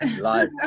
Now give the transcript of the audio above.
Life